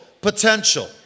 potential